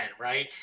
right